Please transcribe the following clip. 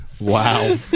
wow